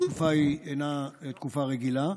התקופה אינה תקופה רגילה,